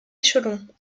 échelons